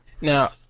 Now